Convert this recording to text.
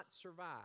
survive